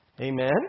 Amen